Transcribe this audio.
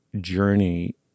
journey